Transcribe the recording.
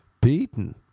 beaten